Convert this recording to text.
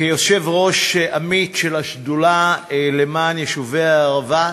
כיושב-ראש עמית של השדולה למען יישובי הערבה,